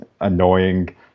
annoying